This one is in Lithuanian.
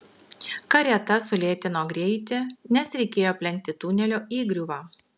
karieta sulėtino greitį nes reikėjo aplenkti tunelio įgriuvą